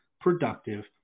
productive